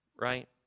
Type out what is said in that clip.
right